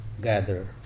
gather